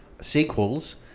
sequels